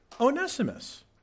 Onesimus